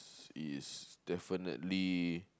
is definitely